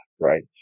right